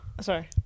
Sorry